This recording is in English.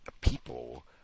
people